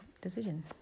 decision